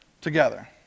together